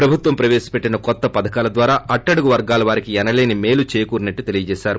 ప్రభుత్వం ప్రవేశపెట్టిన కొత్త పథకాల ద్వారా అట్టడుగు వర్గాల వారికి ఎనలేని మేలు చేకూరిందని తెలిపారు